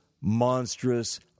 monstrous